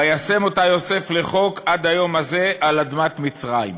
וישם אתה יוסף לחק עד היום הזה על אדמת מצרים."